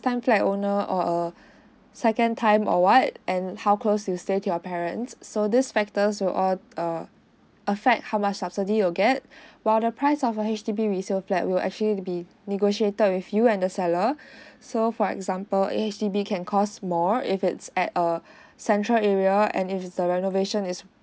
time flat owner or a second time or what and how close you stay to your parents so these factors will all err affect how much subsidy you get while the price of a H_D_B resale flat will actually be negotiated with you and the seller so for example a H_D_B can cause more if it's at a central area and if the renovation is